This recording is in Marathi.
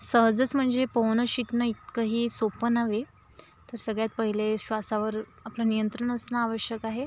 सहजच म्हणजे पोहोणं शिकणं इतकंही सोपं नव्हे तर सगळ्यात पहिले श्वासावर आपलं नियंत्रण असणं आवश्यक आहे